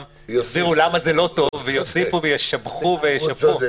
יסבירו למה זה לא טוב ויוסיפו וישבחו וישפרו.